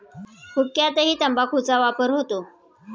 हुक्क्यातही तंबाखूचा वापर होतो